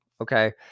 Okay